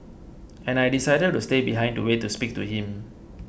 and I decided to stay behind to wait to speak to him